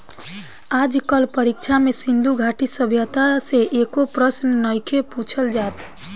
आज कल परीक्षा में सिन्धु घाटी सभ्यता से एको प्रशन नइखे पुछल जात